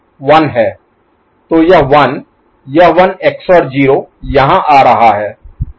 तो यह 1 यह 1 XOR 0 यहाँ आ रहा है